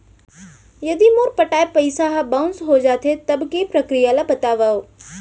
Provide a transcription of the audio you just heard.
यदि मोर पटाय पइसा ह बाउंस हो जाथे, तब के प्रक्रिया ला बतावव